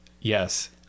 Yes